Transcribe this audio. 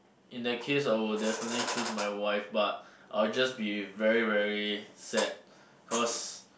in that case I will definitely choose my wife but I'll just be very very sad cause